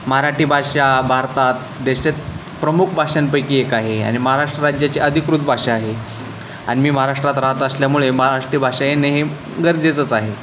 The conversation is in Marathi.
मराठी भाषा भारतात देशात प्रमुख भाषांपैकी एक आहे आणि महाराष्ट्र राज्याची अधिकृत भाषा आहे आणि मी महाराष्ट्रात राहत असल्यामुळे महाराष्ट्रीय भाषा येणे हे गरजेचंच आहे